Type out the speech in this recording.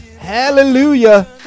Hallelujah